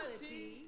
reality